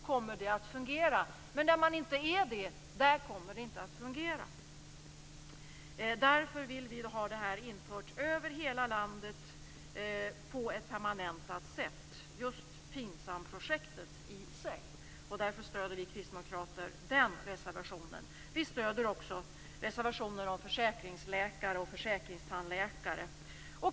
På de ställen där man inte är tillräckligt intresserad kommer det inte att fungera. Därför vill vi att FINSAM-projektet införs permanent över hela landet. Därför stöder vi kristdemokrater den reservationen. Vi stöder också reservationen om försäkringsläkare och försäkringstandläkare.